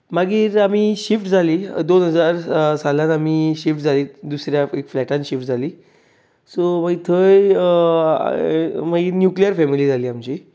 मागीर आमीं शिफ्ट जाली दोन हजार सालांत आमी शिफ्ट जालीं दुसऱ्या एका फ्लॅटांत शिफ्ट जालीं सो मागीर थंय मागीर न्युक्लियर फॅमिली जाली आमची